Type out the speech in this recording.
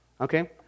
Okay